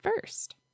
first